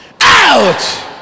Out